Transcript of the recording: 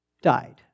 died